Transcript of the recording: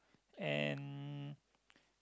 and